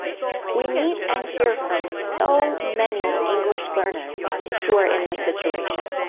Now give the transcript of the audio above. we meet and hear from so many english learners who are in this situation.